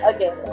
Okay